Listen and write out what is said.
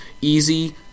easy